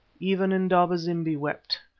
even indaba-zimbi wept,